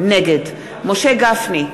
נגד משה גפני,